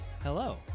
Hello